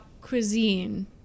cuisine